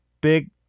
big